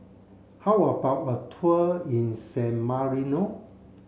how about a tour in San Marino